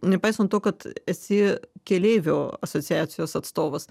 nepaisant to kad esi keleivių asociacijos atstovas